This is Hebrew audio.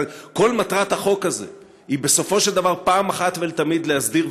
כל מטרת החוק הזה היא בסופו של דבר אחת ולתמיד להסדיר,